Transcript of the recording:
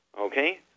okay